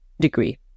degree